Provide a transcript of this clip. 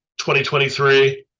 2023